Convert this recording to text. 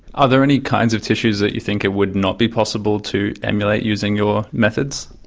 are there any kinds of tissues that you think it would not be possible to emulate using your methods?